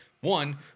one